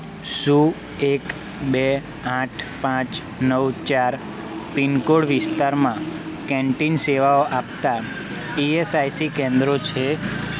શું એક બે આઠ પાંચ નવ ચાર પિનકોડ વિસ્તારમાં કેન્ટીન સેવાઓ આપતાં ઈએસઆઈસી કેન્દ્રો છે